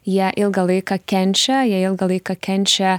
jie ilgą laiką kenčia jie ilgą laiką kenčia